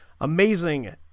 amazing